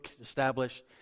establish